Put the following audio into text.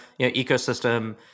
ecosystem